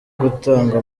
gutanga